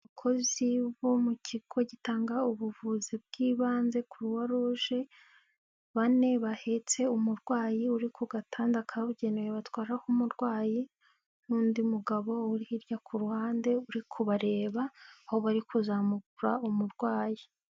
Abakozi bo mu kigo gitanga ubuvuzi bw'ibanze Kuluwa ruje, bane bahetse umurwayi uri ku gatanda kabugenewe batwaraho umurwayi n'undi mugabo uri hirya ku ruhande uri kubareba, aho bari kuzamura umurwayi.